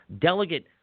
delegate –